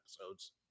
episodes